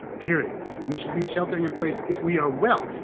period. we should be sheltering in place if we are. well,